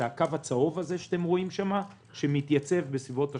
הקו הצהוב שאתם רואים שם שמתייצב בסביבות ה-80.